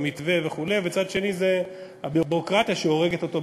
המצב שיום אחרי יום פוגעים בחוליה שהיא באמת הכי חלשה בשרשרת כאן,